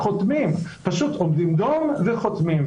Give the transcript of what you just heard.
הם פשוט עומדים דום וחותמים,